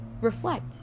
reflect